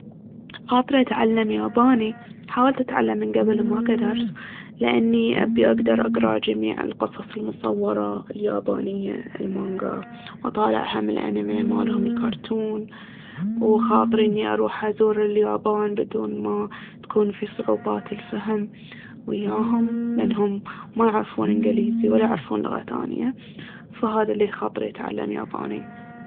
خاطري أتعلم ياباني. حاولت أتعلم من قبل وما قدرت لأني أبي اقدر أقرا جميع القصص المصورة اليابانية، الـ"مانغا". وأطالع هم الـ"أنيمي" مالهم الكارتون، وخاطري اني أروح أزور اليابان بدون ما تكون في صعوبات الفهم وياهم، لأنهم ما يعرفون انجليزي ولا يعرفون لغة ثانية، فهاذي اللي خاطري أتعلم ياباني.